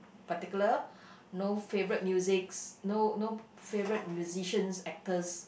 particular no favorite musics no no favorite musicians actors